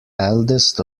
eldest